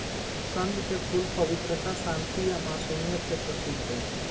कंद के फूल पवित्रता, शांति आ मासुमियत के प्रतीक हई